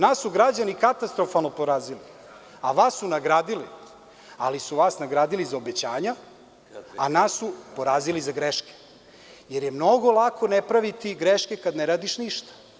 Nas su građani katastrofalno porazili, a vas su nagradili, ali su vas nagradili za obećanja, a nas su porazili za greške, jer je mnogo lako ne praviti greške kada ne radiš ništa.